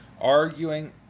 arguing